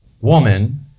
woman